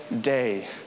day